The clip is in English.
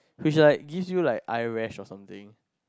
which like gives you like eye rash or something